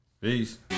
Peace